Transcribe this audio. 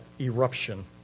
eruption